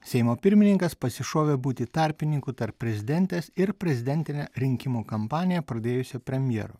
seimo pirmininkas pasišovė būti tarpininku tarp prezidentės ir prezidentinę rinkimų kampaniją pradėjusio premjero